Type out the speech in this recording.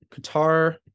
qatar